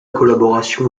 collaboration